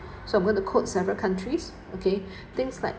so I'm going to quote several countries okay things like